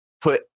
put